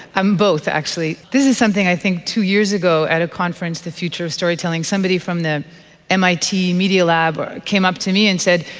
um both actually. this is something i think two years ago at a conference, the future of storytelling, somebody from the mit media lab came up to me and said,